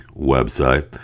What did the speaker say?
website